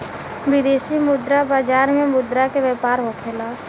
विदेशी मुद्रा बाजार में मुद्रा के व्यापार होखेला